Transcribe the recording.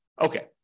okay